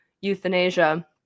euthanasia